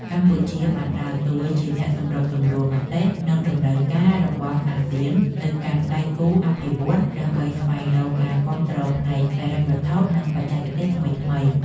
កម្ពុជាបានដើរតួជាអ្នកសម្របសម្រួលមតិ និងតម្រូវការរបស់អាស៊ានទៅកាន់ដៃគូអភិវឌ្ឍន៍ ដើម្បីស្វែងរកការគាំទ្រផ្នែកហិរញ្ញវត្ថុ និងបច្ចេកទេសថ្មីៗ។